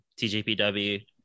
TJPW